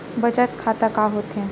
बचत खाता का होथे?